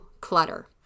clutter